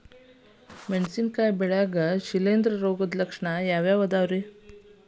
ಮೆಣಸಿನಕಾಯಿ ಬೆಳ್ಯಾಗ್ ಶಿಲೇಂಧ್ರ ರೋಗದ ಲಕ್ಷಣ ಯಾವ್ಯಾವ್ ಅದಾವ್?